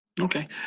okay